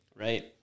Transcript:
right